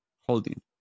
holding